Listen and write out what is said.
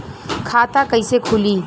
खाता कइसे खुली?